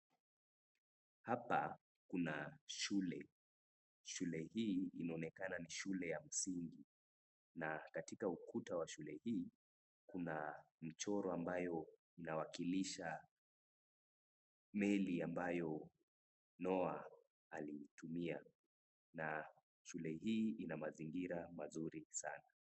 Hapa kuna shule. Shule hii inaonekana ni shule ya msingi na katika ukuta wa shule hii kuna mchoro ambayo inawakilisha meli ambayo Noah aliitumia. Na shule hii ina mazingira mazuri sana.